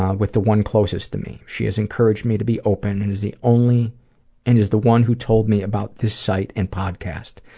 ah with the one closest to me. she has encouraged me to be open and is the only and is the one who told me about this site and podcast.